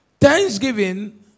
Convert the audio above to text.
Thanksgiving